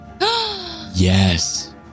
Yes